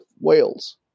Wales